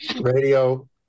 radio